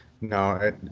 no